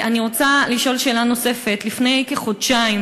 אני רוצה לשאול שאלה נוספת: לפני כחודשיים